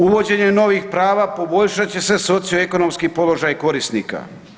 Uvođenjem novih prava poboljšat će se socio-ekonomski položaj korisnika.